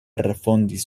refondis